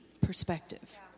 perspective